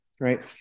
Right